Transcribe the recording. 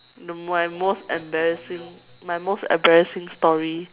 the my most embarrassing my most embarrassing story